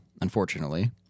unfortunately